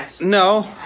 No